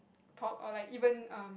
pop or like even a